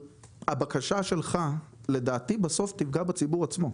הבקשה שלך לדעתי בסוף תפגע בציבור עצמו.